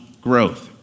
growth